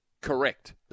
Correct